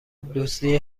دزدی